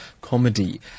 comedy